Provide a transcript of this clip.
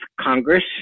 Congress